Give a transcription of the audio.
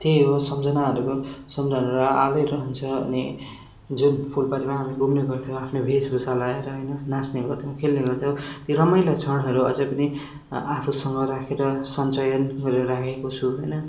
त्यही हो सम्झनाहरूको सम्झनाहरू आलै रहन्छ अनि जुन फुलपातीमा हामी घुम्ने गर्थ्यौँ आफ्नै वेशभूषा लगाएर होइन नाच्ने गर्थ्यौँ खेल्ने गर्थ्यौँ त्यो रमाइलो क्षणहरू अझै पनि अ आफूसँग राखेर सञ्चयन गरेर राखेको छु होइन